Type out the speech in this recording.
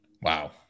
Wow